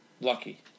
Lucky